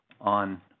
on